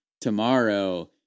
tomorrow